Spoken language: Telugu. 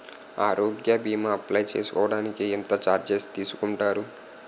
ఆరోగ్య భీమా అప్లయ్ చేసుకోడానికి ఎంత చార్జెస్ తీసుకుంటారు?